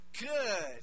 Good